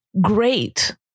Great